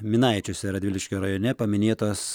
minaičiuose radviliškio rajone paminėtos